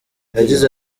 yagize